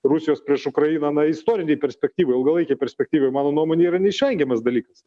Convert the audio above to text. rusijos prieš ukrainą na istorinėj perspektyvoj ilgalaikėj perspektyvoj mano nuomone yra neišvengiamas dalykas